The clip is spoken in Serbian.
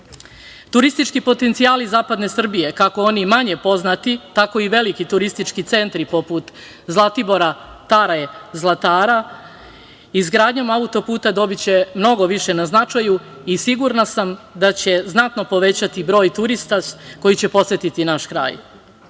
zemlje. Turistički potencijali zapadne Srbije kako oni manje poznati, tako i veliki turistički centri poput Zlatibora, Tare, Zlatara izgradnjom auto-puta dobiće mnogo više na značaju i sigurna sam da će znatno povećati broj turista koji će posetiti naš kraj.